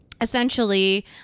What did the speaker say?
Essentially